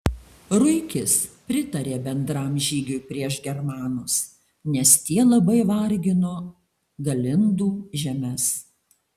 ruikis pritarė bendram žygiui prieš germanus nes tie labai vargino galindų žemes